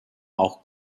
auch